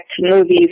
movies